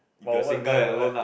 about what's guy like